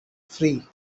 free